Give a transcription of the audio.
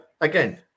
again